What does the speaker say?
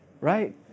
right